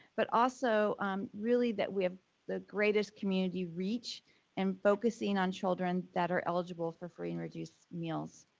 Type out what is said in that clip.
but also really that we have the greatest community reach and focusing on children that are eligible for free and reduced meals.